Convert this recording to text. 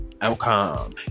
outcome